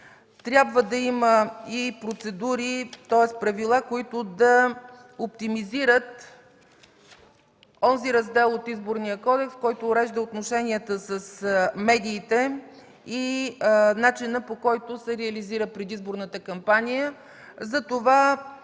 Трябва да има и правила, които да оптимизират онзи раздел от Изборния кодекс, който урежда отношенията с медиите, и начина, по който се реализира предизборната кампания.